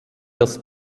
das